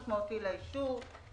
יש כבר החלטה על 2,500 האלה?